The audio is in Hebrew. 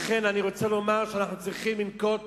לכן, אני רוצה לומר שאנחנו צריכים לנקוט